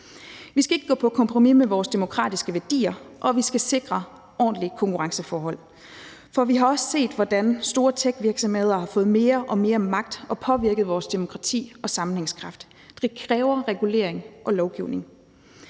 Vi skal ikke gå på kompromis med vores demokratiske værdier, og vi skal sikre ordentlige konkurrenceforhold, for vi har også set, hvordan store techvirksomheder har fået mere og mere magt og påvirket vores demokrati og sammenhængskraft. Det kræver regulering og lovgivning.